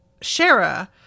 Shara